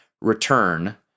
return